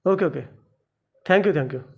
okay okay thank you thank you